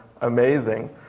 amazing